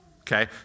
Okay